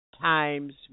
times